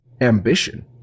ambition